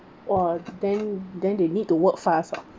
!wah! then then they need to work fast lor